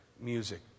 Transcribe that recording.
music